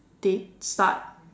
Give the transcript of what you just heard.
they start